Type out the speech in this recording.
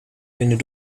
vinden